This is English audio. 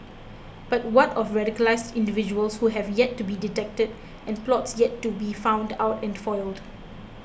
but what of radicalised individuals who have yet to be detected and plots yet to be found out and foiled